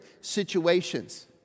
situations